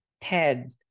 Ted